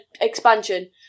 expansion